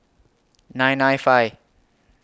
nine nine five